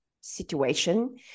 situation